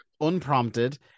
unprompted